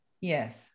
yes